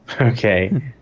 Okay